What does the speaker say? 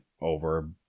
over